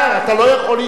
אתה לא יכול להתערב.